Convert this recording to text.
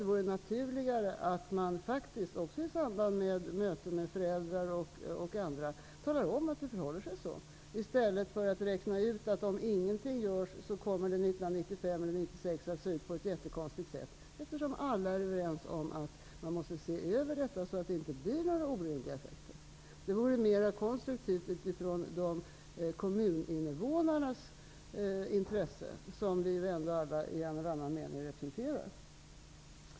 Det vore då naturligare att man i samband med möte med föräldrar och andra också talar om att det förhåller sig så, i stället för att räkna ut att det 1995 eller 1996 om ingenting görs kommer att se ut på ett jättekonstigt sätt. Alla är ju överens om att man måste se över detta så att det inte blir några orimliga effekter. Att tala om detta vore mera konstruktivt, med utgångspunkt i kommuninvånarnas intresse, som vi ju alla i en eller annan mening representerar.